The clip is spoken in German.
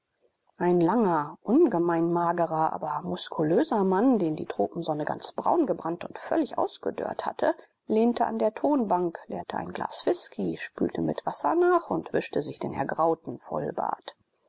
ein langer ungemein magerer aber muskulöser mann den die tropensonne ganz braun gebrannt und völlig ausgedörrt hatte lehnte an der tonbank leerte ein glas whisky spülte mit wasser nach und wischte sich den ergrauten vollbart